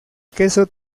queso